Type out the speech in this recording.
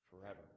forever